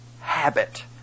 habit